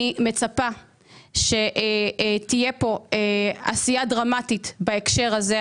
אני מצפה שתהיה פה עשייה דרמטית בהקשר הזה.